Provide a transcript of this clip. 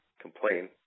complain